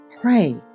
Pray